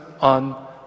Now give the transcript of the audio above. on